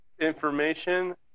information